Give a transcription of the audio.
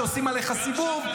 שעושים עליך סיבוב,